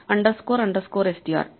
underscore underscore str